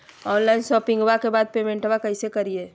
Online शोपिंग्बा के बाद पेमेंटबा कैसे करीय?